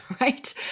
right